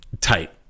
tight